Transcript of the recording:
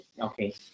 okay